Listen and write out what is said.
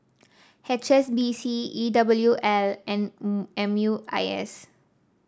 H S B C E W L and M U I S